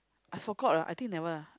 I forgot lah I think never lah